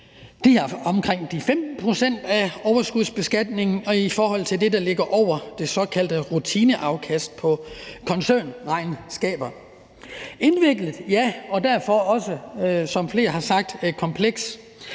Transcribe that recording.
til de her 15 pct. af overskudsbeskatningen og det, der ligger over det såkaldte rutineafkast på koncernregnskaber. Er det indviklet? Ja, og derfor er det også, som flere har sagt, komplekst.